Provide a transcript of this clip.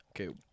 okay